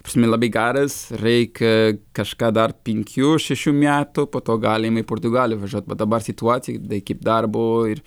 ta prasme labai garas reikia kažką dar penkių šešių metų po to galim į portugaliją važiuot bet dabar situacija tai kaip darbo ir